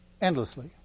endlessly